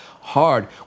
Hard